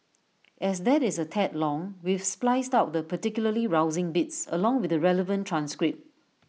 as that is A tad long we've spliced out the particularly rousing bits along with the relevant transcript